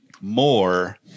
more